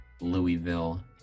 Louisville